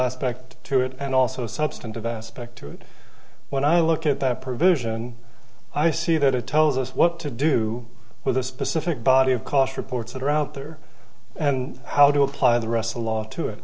aspect to it and also substantive aspect to it when i look at that provision i see that it tells us what to do with the specific body of cost reports that are out there and how to apply the rest of the law to